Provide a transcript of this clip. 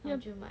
ya